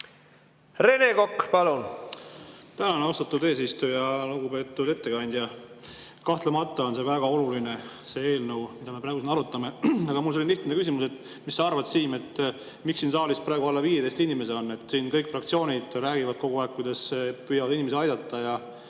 Rene Kokk, palun! Tänan, austatud eesistuja! Lugupeetud ettekandja! Kahtlemata on see väga oluline eelnõu, mida me praegu siin arutame. Aga mul on lihtne küsimus. Siim, mis sa arvad, miks siin saalis on praegu alla 15 inimese? Kõik fraktsioonid räägivad kogu aeg, kuidas nad püüavad inimesi aidata